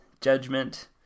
judgment